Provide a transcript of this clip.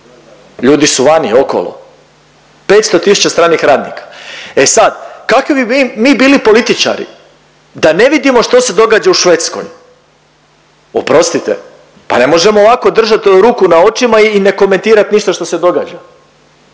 ljudi su vani okolo, 500 tisuća stranih radnika. E sad, kakvi bi mi bili političari da ne vidimo što se događa u Švedskoj? Oprostite, pa ne možemo ovako držati ruku na očima i ne komentirati ništa što se događa.